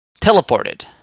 teleported